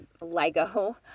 Lego